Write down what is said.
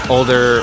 Older